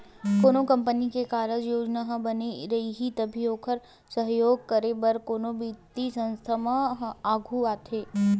कोनो कंपनी के कारज योजना ह बने रइही तभी ओखर सहयोग करे बर कोनो बित्तीय संस्था मन ह आघू आथे